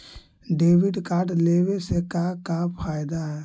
Debit card लेवे से का का फायदा है?